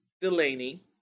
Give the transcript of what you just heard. Delaney